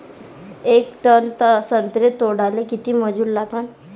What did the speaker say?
येक टन संत्रे तोडाले किती मजूर लागन?